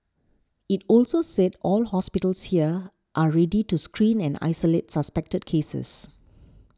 it also said all hospitals here are ready to screen and isolate suspected cases